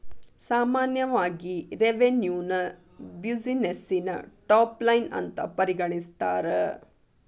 ಸಾಮಾನ್ಯವಾಗಿ ರೆವೆನ್ಯುನ ಬ್ಯುಸಿನೆಸ್ಸಿನ ಟಾಪ್ ಲೈನ್ ಅಂತ ಪರಿಗಣಿಸ್ತಾರ?